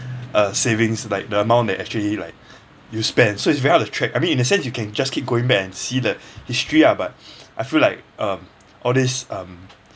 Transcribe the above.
uh savings like the amount that you actually like you spend so it's very hard to track I mean in a sense you can just keep going back and see the history ah but I feel like um all these um